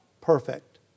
perfect